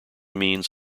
means